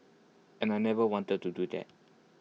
and I never wanted to do that